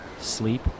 sleep